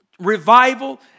Revival